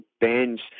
bands